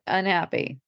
unhappy